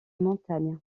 montagnes